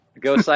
Go